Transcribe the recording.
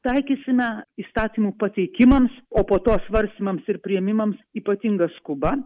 taikysime įstatymų pateikimams o po to svarstymams ir priėmimams ypatinga skuba